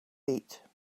eat